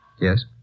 Yes